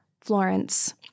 Florence